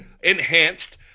enhanced